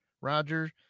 Roger